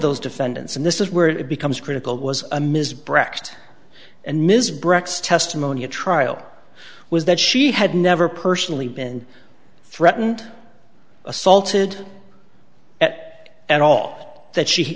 those defendants and this is where it becomes critical was a ms brecht and ms breck's testimony at trial was that she had never personally been threatened assaulted at at all that she